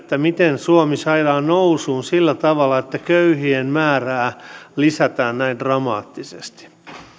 miten suomi saadaan nousuun sillä tavalla että köyhien määrää lisätään näin dramaattisesti